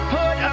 put